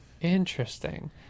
Interesting